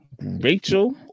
rachel